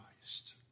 Christ